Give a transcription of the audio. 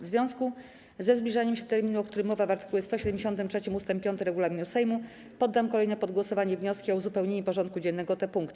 W związku ze zbliżaniem się terminu, o którym mowa w art. 173 ust. 5 regulaminu Sejmu, poddam kolejno pod głosowanie wnioski o uzupełnienie porządku dziennego o te punkty.